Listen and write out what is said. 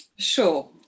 Sure